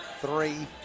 three